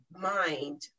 mind